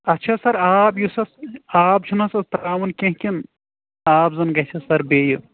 اَتھ چھَ سَر آب یُس اَتھ آب چھُنہٕ سُہ ترٛاوُن کیٚنٛہہ کِنہٕ آب زَن گَژھیٚس سَر بیٚیہِ